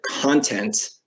content